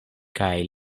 kaj